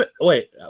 Wait